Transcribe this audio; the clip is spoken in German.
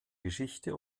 geschichte